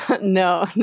No